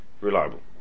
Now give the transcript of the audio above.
reliable